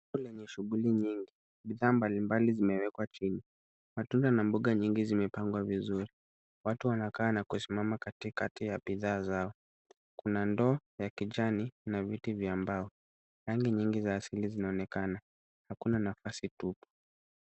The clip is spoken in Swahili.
Soko lenye shughuli nyingi, bidhaa mbalimbali zimewekwa chini. Matunda na mboga nyingi zimepangwa vizuri. Watu wanakaa na kusimama katikati ya bidhaa zao. Kuna ndoo ya kijani na viti vya mbao. Rangi nyingi za asili zinaonekana, hakuna nafasi tupu.